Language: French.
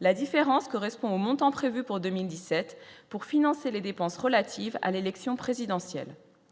la différence correspond au montant prévu pour 2017 pour financer les dépenses relatives à l'élection présidentielle,